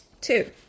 Two